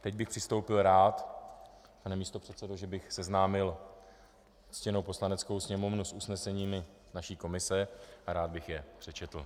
Teď bych rád přistoupil, pane místopředsedo, že bych seznámil ctěnou Poslaneckou sněmovnu s usneseními naší komise, a rád bych je přečetl.